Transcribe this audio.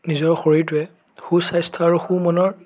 নিজৰ শৰীৰটোৱে সুস্বাস্থ্যৰ আৰু সুমনৰ